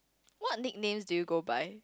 what nicknames do you go by